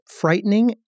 frightening